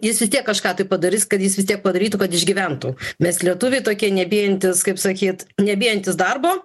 jis vis tiek kažką tai padaris kad jis vis tiek padarytų kad išgyventų mes lietuviai tokie nebijantys kaip sakyt nebijantys darbo